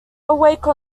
awake